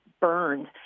burned